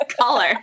color